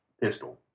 pistol